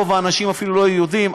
רוב האנשים אפילו לא היו יודעים.